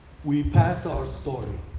we pass our story.